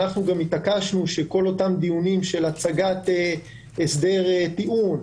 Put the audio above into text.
גם התעקשנו שכל הדיונים של הצגת הסדר טיעון,